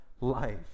life